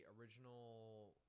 original